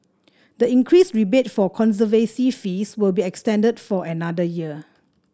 the increased rebate for conservancy fees will be extended for another year